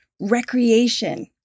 recreation